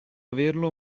averlo